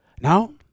Now